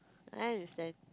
I understand